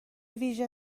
ویژه